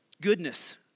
Goodness